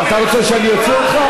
אתה רוצה שאני אוציא אותך?